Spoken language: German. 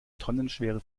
tonnenschwere